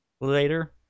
later